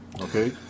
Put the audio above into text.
Okay